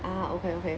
ah okay okay